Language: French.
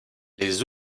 les